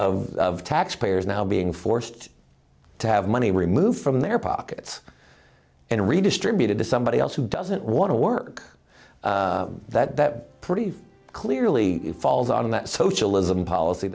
of taxpayers now being forced to have money removed from their pockets and redistributed to somebody else who doesn't want to work that that pretty clearly falls out of that socialism policy